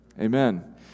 Amen